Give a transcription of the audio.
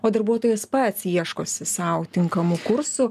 o darbuotojas pats ieškosi sau tinkamų kursų